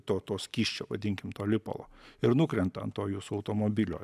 to to skysčio vadinkim to lipalo ir nukrenta ant to jūsų automobilio